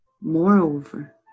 moreover